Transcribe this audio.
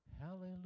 Hallelujah